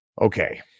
Okay